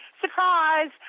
surprise